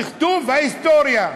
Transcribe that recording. שכתוב ההיסטוריה.